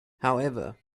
however